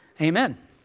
Amen